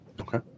Okay